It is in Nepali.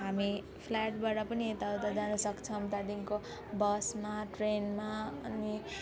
हामी फ्लाइटबाट पनि यताउति जानसक्छौँ त्यहाँदेखिको बसमा ट्रेनमा अनि